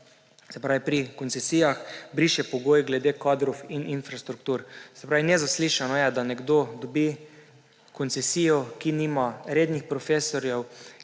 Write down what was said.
se pravi pri koncesijah, briše pogoj glede kadrov in infrastruktur. Se pravi, nezaslišano je, da nekdo dobi koncesijo, nima pa rednih profesorjev,